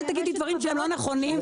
אל תגידי דברים שהם לא נכונים.